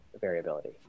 variability